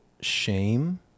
shame